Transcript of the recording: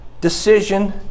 decision